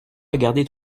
regardé